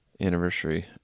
anniversary